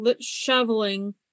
shoveling